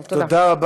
תודה רבה.